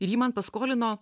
ir jį man paskolino